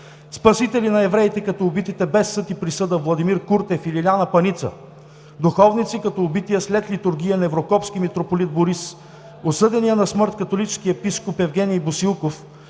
спасители на евреите, като убитите без съд и присъда Владимир Куртев и Лиляна Паница; духовници, като убития след литургия Неврокопски митрополит Борис, осъдения на смърт католически епископ Евгений Босилков